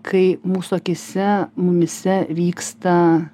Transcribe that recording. kai mūsų akyse mumyse vyksta